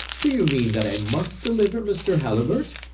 do you mean that i must deliver mr. halliburtt?